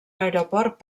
aeroport